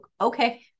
okay